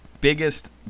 biggest